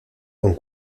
con